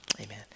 amen